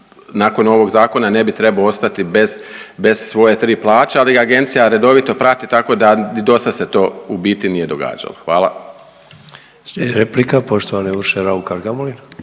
nakon ovog Zakona ne bi trebao ostati bez svoje 3 plaće, ali Agencija redovito prati, tako da dosad se to u biti nije događalo. Hvala. **Sanader, Ante